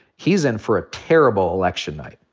he's in for a terrible election night.